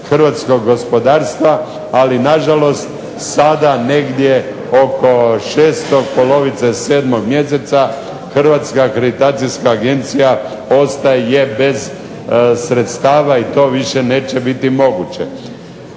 hrvatskog gospodarstva, ali nažalost sada negdje oko 6., polovice 7. mjeseca Hrvatska akreditacijska agencija ostaje bez sredstava i to više neće biti moguće.